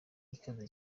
ikaze